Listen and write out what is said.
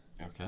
okay